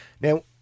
Now